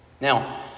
Now